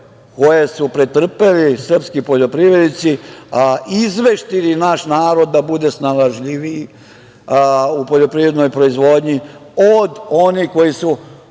koje su pretrpeli srpski poljoprivrednici izveštili naš narod da bude snalažljiviji u poljoprivrednoj proizvodnji od onih koji su